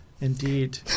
indeed